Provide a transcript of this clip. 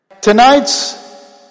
Tonight's